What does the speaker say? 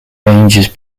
ranges